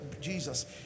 Jesus